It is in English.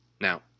Now